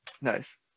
Nice